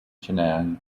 chennai